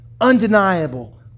undeniable